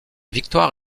victoire